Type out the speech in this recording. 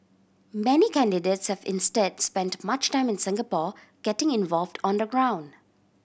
many candidates have instead spent much time in Singapore getting involved on the ground